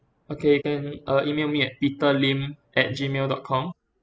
okay can uh email me at peter Lim at gmail dot com